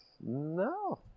No